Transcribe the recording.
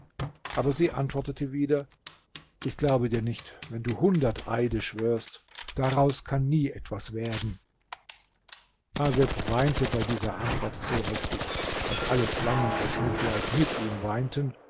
aber sie antwortete wieder ich glaube dir nicht wenn du hundert eide schwörst daraus kann nie etwas werden haseb weinte bei dieser antwort so heftig daß alle schlangen aus mitleid mit ihm weinten